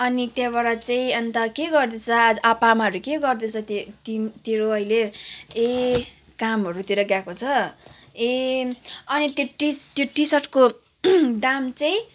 अनि त्यहाँबाट चाहिँ अन्त के गर्दैछ आपा आमाहरू के गर्दैछ तेरो अहिले ए कामहरूतिर गएको छ ए अनि त्यो टी त्यो टी सर्टको दाम चाहिँ